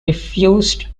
refused